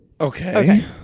Okay